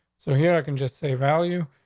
so here i can just say value.